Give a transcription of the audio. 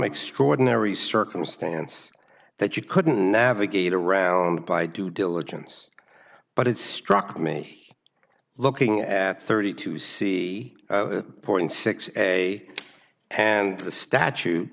extraordinary circumstance that you couldn't navigate around by due diligence but it struck me looking at thirty two c point six a and the statu